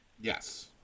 Yes